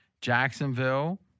Jacksonville